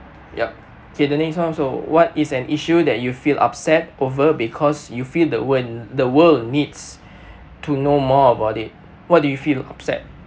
yup okay the next one so what is an issue that you feel upset over because you feel the worl~ the world needs to know more about it what do you feel upset